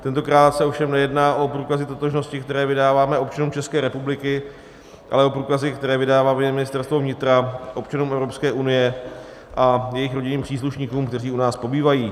Tentokrát se ovšem nejedná o průkazy totožnosti, které vydáváme občanům České republiky, ale o průkazy, které vydává Ministerstvo vnitra občanům Evropské unie a jejich rodinným příslušníkům, kteří u nás pobývají.